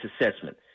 assessment